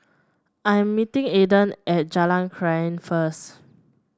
I am meeting Aidan at Jalan Krian first